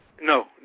No